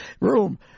room